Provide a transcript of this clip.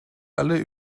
alle